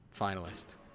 finalist